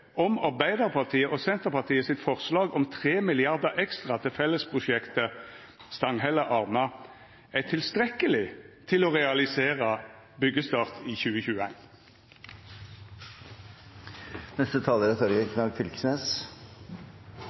om Arbeidarpartiet og Senterpartiet sitt forslag om tre milliardar ekstra til fellesprosjektet Stanghelle–Arna er tilstrekkeleg til å realisera byggjestart i